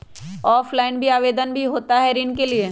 Offline भी आवेदन भी होता है ऋण के लिए?